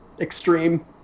extreme